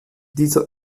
dieser